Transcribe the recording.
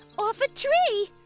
off a tree.